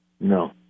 No